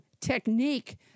technique